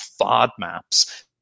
FODMAPs